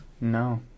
No